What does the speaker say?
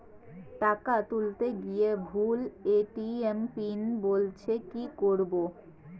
টাকা তুলতে গিয়ে ভুল এ.টি.এম পিন বলছে কি করবো?